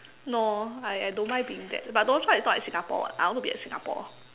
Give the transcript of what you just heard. no I I don't mind being that but is not at Singapore [what] I want to be at Singapore